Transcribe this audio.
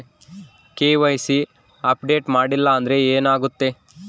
KYC update ಮಾಡಿಲ್ಲ ಅಂದ್ರೆ ಏನಾಗುತ್ತೆ?